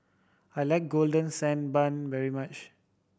I like Golden Sand Bun very much